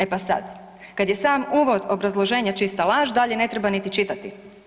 E pa sad, kad je sam uvod obrazloženja čista laž, dalje ne treba niti čitati.